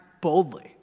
boldly